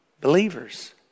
believers